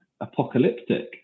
apocalyptic